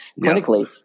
clinically